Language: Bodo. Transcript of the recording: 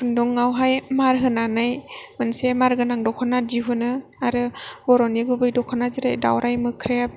खुन्दुं आवहाय मार होनानै मोनसे मार गोनां दख'ना दिहुनो आरो बर'नि गुबै दख'ना जेरै दावराय मोख्रेब